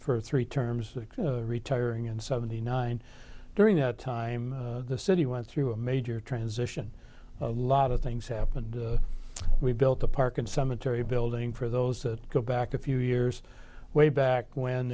for three terms retiring in seventy nine during that time the city went through a major transition a lot of things happened we built a park and cemetery building for those that go back a few years way back when